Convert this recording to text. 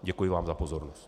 Děkuji vám za pozornost.